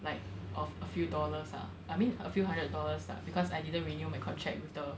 like of a few dollars ah I mean a few hundred dollars lah because I didn't renew my contract with the